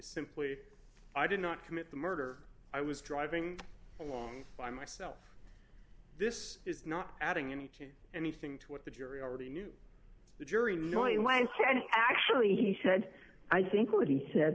simply i did not commit the murder i was driving along by myself this is not adding any to anything to what the jury already knew the jury knowing my side actually he said i think what he said